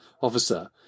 officer